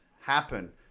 happen